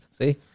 See